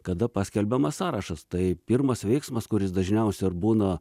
kada paskelbiamas sąrašas tai pirmas veiksmas kuris dažniausia ir būna